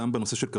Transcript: מחזיק